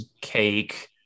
cake